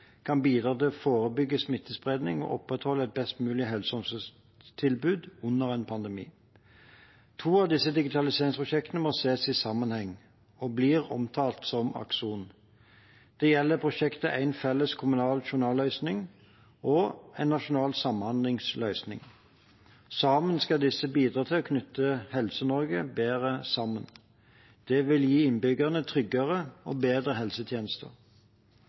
kan bidra til å forebygge smittespredning og opprettholde et best mulig helse- og omsorgstilbud under en pandemi. To av disse digitaliseringsprosjektene må ses i sammenheng og blir omtalt som Akson. Det gjelder prosjektene én felles kommunal journalløsning og en nasjonal samhandlingsløsning. Sammen skal disse bidra til å knytte Helse-Norge bedre sammen. Det vil gi innbyggerne tryggere og bedre helsetjenester.